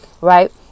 right